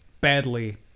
badly